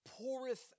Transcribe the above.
Poureth